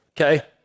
Okay